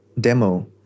demo